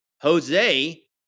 Jose